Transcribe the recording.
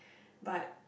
but